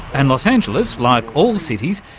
and los angeles, like all cities,